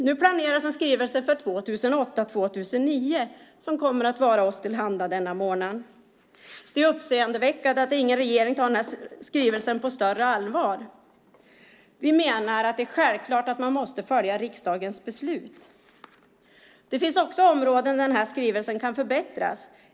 Nu planeras en skrivelse för 2008 och 2009, som kommer att vara oss till handa denna månad. Det är uppseendeväckande att ingen regering tar skrivelsen på större allvar. Vi menar att det är självklart att man måste följa riksdagens beslut. Det finns också områden där skrivelsen kan förbättras.